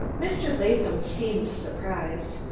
mr. latham seemed surprised.